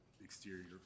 exterior